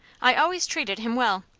i always treated him well.